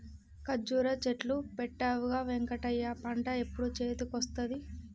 కర్జురా చెట్లు పెట్టవుగా వెంకటయ్య పంట ఎప్పుడు చేతికొస్తది